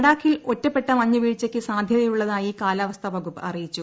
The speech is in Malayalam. ലഡാഖിൽ ഒറ്റപ്പെട്ട മഞ്ഞുവീഴ്ചയ്ക്കു സാധ്യതയുള്ളതായി കാലാവസ്ഥാ വകുപ്പ് അറിയിച്ചു